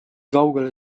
kaugele